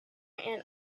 and